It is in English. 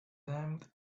damned